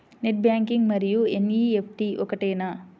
Net banking మరియు NEFT ఒకటేనా?